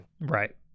Right